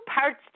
parts